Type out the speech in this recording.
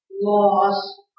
loss